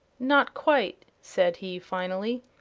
not quite, said he, finally.